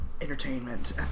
entertainment